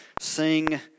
sing